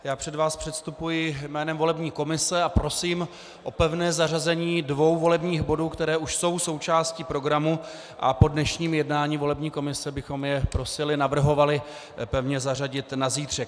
Já před vás předstupuji jménem volební komise a prosím o pevné zařazení dvou volebních bodů, které už jsou součástí programu, a po dnešním programu volební komise bychom je prosili, navrhovali pevně zařadit na zítřek.